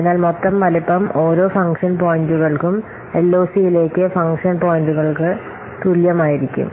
അതിനാൽ മൊത്തം വലുപ്പം ഓരോ ഫംഗ്ഷൻ പോയിന്റുകൾക്കും എൽഒസിയിലേക്ക് ഫംഗ്ഷൻ പോയിന്റുകൾക്ക് തുല്യമായിരിക്കും